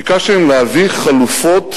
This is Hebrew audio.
ביקשתי מהם להביא חלופות